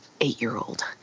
eight-year-old